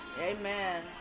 amen